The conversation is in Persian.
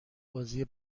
بازی